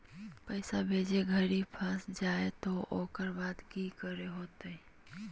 पैसा भेजे घरी फस जयते तो ओकर बाद की करे होते?